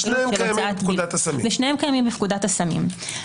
שניהם קיימים בפקודת הסמים.